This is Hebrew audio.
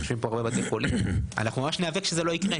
יושבים פה הרבה בתי חולים ממש נאבק שזה לא יקרה,